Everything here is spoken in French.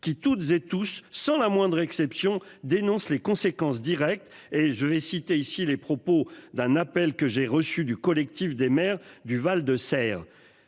qui toutes et tous, sans la moindre exception dénoncent les conséquences directes et je vais citer ici les propos d'un appel que j'ai reçu du Collectif des maires du Val de Saire.